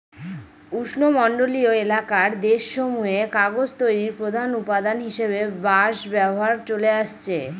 উষ্ণমন্ডলীয় এলাকার দেশসমূহে কাগজ তৈরির প্রধান উপাদান হিসাবে বাঁশ ব্যবহার চলে আসছে